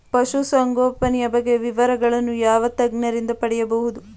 ಪಶುಸಂಗೋಪನೆಯ ಬಗ್ಗೆ ವಿವರಗಳನ್ನು ಯಾವ ತಜ್ಞರಿಂದ ಪಡೆಯಬಹುದು?